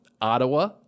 Ottawa